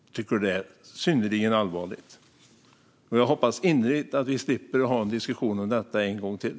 Jag tycker att det är synnerligen allvarligt, och jag hoppas innerligt att vi slipper ha en diskussion om detta en gång till.